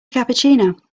cappuccino